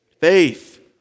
faith